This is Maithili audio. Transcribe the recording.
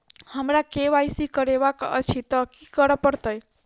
हमरा केँ वाई सी करेवाक अछि तऽ की करऽ पड़तै?